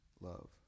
love